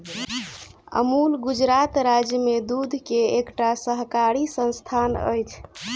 अमूल गुजरात राज्य में दूध के एकटा सहकारी संस्थान अछि